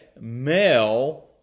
Male